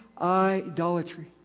idolatry